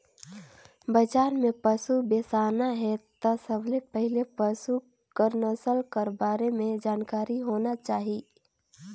बजार में पसु बेसाना हे त सबले पहिले पसु कर नसल कर बारे में जानकारी होना चाही